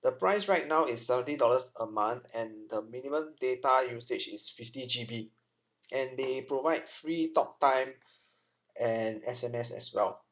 the price right now is seventy dollars a month and the minimum data usage is fifty G_B and they provide free talktime and S_M_S as well